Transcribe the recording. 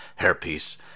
hairpiece